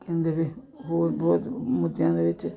ਕਹਿੰਦੇ ਵੀ ਹੋਰ ਬਹੁਤ ਮੁੱਦਿਆਂ ਦੇ ਵਿੱਚ